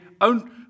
own